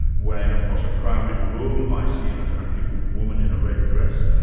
when across a crowded room i see an attractive woman in a red dress.